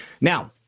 Now